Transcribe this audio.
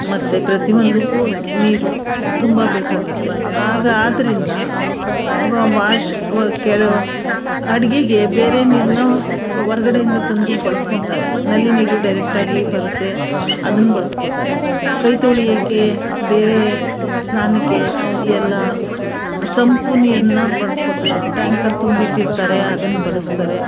ಮತ್ತೆ ಪ್ರತಿಯೊಂದಕ್ಕೂ ನೀರು ತುಂಬಬೇಕಾಗುತ್ತೆ ಆಗ ಆದ್ದರಿಂದ ಅವಾಗ ವಾಶ್ ಕೆಲವು ಅಡುಗೆಗೆ ಬೇರೆ ನೀರನ್ನ ಹೊರ್ಗಡೆಯಿಂದ ತಂದು ಬಳಸ್ಕೊಳ್ತಾರೆ ನಲ್ಲಿ ನೀರು ಡೈರೆಕ್ಟಾಗಿ ಬರುತ್ತೆ ಅದನ್ನ ಬಳಸ್ಕೊಳ್ತಾರೆ ಕೈ ತೊಳಿಯೋಕೆ ಬೇರೆ ಸ್ನಾನಕ್ಕೆ ಎಲ್ಲ ಸಂಪು ನೀರನ್ನು ಬಳಸ್ಕೊಳ್ತಾರೆ ಟ್ಯಾಂಕಲ್ಲಿ ತುಂಬಿಟ್ಟಿರ್ತಾರೆ ಅದನ್ನ ಬಳಸ್ತಾರೆ